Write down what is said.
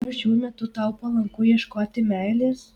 ar šiuo metu tau palanku ieškoti meilės